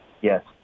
Yes